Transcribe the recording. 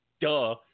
duh